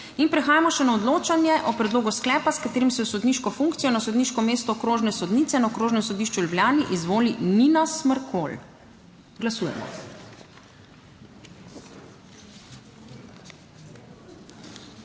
Prehajamo še na odločanje o predlogu sklepa, s katerim se v sodniško funkcijo na sodniško mesto okrožne sodnice na Okrožnem sodišču v Ljubljani izvoli Nina Smrkolj. Glasujemo.